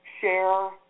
share